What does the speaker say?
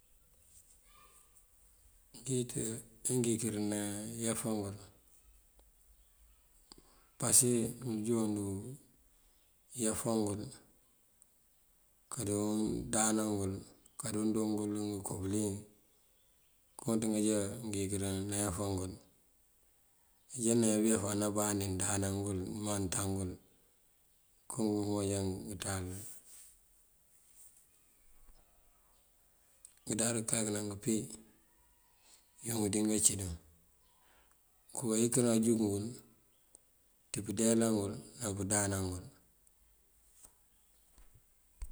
Ngëyët ajá ngëyinkirin náyafan ngël pasëk mënjá unú iyafan ngël kar indáanan ngul, kar ngëndo ngël ngënko bëliyëng konţan já ngëyinkirin náyafan ngël. Ajá nayá bëyafan aná mbandí nëndáana ngël, nëmanţáan ngël koongun kajá ngunţáalul. Ngëdarëk kak ná ngëmpí yank dí ngancíndun, ngonko kayinkirin ajúg ngël ţí pëndeelan ngul ná pëndáana ngul.